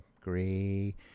gray